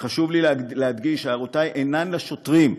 חשוב לי להדגיש שהערותי אינן לשוטרים,